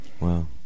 Wow